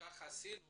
-- כך עשינו